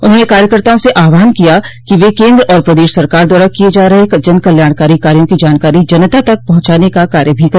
उन्होंने कार्यकर्ताओं से आहवान किया कि वे केन्द्र और प्रदेश सरकार द्वारा किये जा रहे जनकल्याणकारी कार्यो की जानकारी जनता तक पहुंचाने का कार्य भी कर